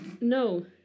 no